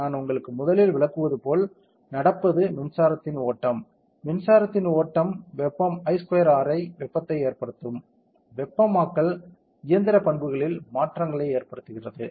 நான் உங்களுக்கு முதலில் விளக்குவது போல் நடப்பது மின்சாரத்தின் ஓட்டம் மின்சாரத்தின் ஓட்டம் வெப்பம் I2 R வெப்பத்தை ஏற்படுத்துகிறது வெப்பமாக்கல் இயந்திர பண்புகளில் மாற்றங்களை ஏற்படுத்துகிறது